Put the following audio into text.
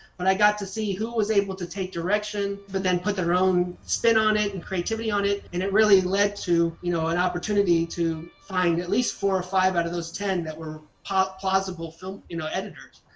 but i got to see who was able to take direction, but then put their own spin on it and creativity on it, and it really led to you know an opportunity to find at least four or five out of those ten that were plausible film you know editors.